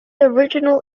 original